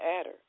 adder